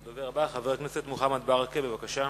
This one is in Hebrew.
הדובר הבא, חבר הכנסת מוחמד ברכה, בבקשה.